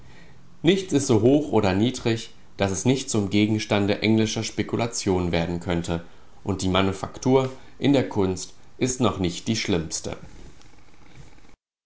nichts ist so hoch oder niedrig daß es nicht zum gegenstande englischer spekulation werden könnte und die manufaktur in der kunst ist noch nicht die schlimmste